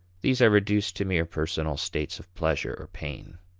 these are reduced to mere personal states of pleasure or pain.